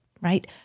right